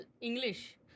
English